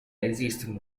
esistono